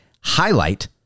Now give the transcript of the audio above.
highlight